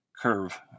curve